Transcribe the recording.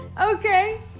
Okay